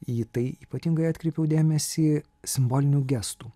į tai ypatingai atkreipiau dėmesį simbolinių gestų